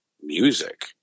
music